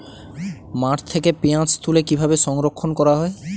মাঠ থেকে পেঁয়াজ তুলে কিভাবে সংরক্ষণ করা হয়?